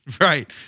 Right